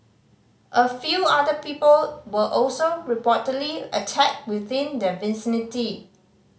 a few other people were also reportedly attacked within the vicinity